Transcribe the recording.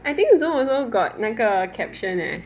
I think zoom also got 那个 caption leh